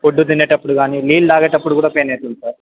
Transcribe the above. food తినేటప్పుడు గానీ నీళ్ళు తాగేటప్పుడు కూడా పెయిన్ అకుతుంది సార్